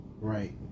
right